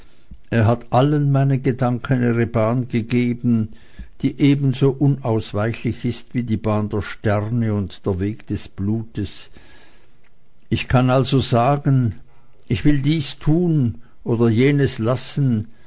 er hat allen meinen gedanken ihre bahn gegeben die ebenso unausweichlich ist wie die bahn der sterne und der weg des blutes ich kann also wohl sagen ich will dies tun oder jenes lassen